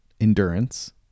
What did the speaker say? endurance